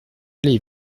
allées